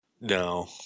No